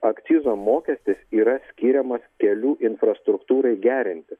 akcizo mokestis yra skiriamas kelių infrastruktūrai gerinti